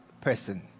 person